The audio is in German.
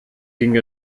ging